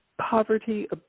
poverty